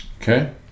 Okay